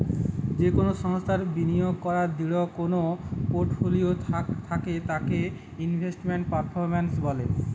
কোনো সংস্থার বিনিয়োগ করাদূঢ় যেই পোর্টফোলিও থাকে তাকে ইনভেস্টমেন্ট পারফরম্যান্স বলে